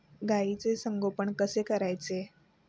गाईचे संगोपन कसे करायचे?